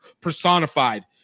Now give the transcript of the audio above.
personified